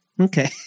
Okay